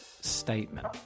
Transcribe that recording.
statement